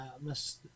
miss